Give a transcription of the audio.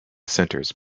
centers